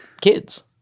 kids